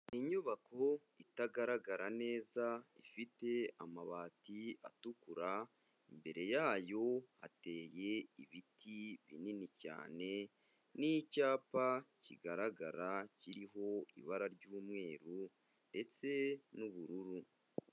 Inyubako itagaragara neza ifite amabati atukura, imbere yayo hateye ibiti binini cyane n'icyapa kigaragara kiriho ibara ry'umweru ndetse n'ubururu.